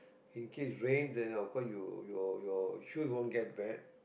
in case rains then of course you your your shoes won't get bad